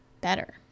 better